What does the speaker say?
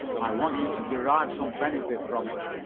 i want you to derive some benefit from it.